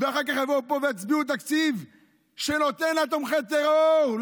ואחר כך יבואו לפה ויצביעו על תקציב שנותן לתומכי טרור,